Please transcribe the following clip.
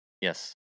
Yes